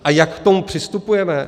A jak k tomu přistupujeme?